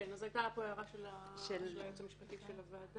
אז הייתה לגבי זה הערה של היועץ המשפטי של הוועדה...